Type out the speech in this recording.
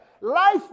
Life